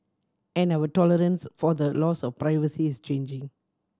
and our tolerance for the loss of privacy is changing